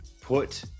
put